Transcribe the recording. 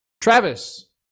Travis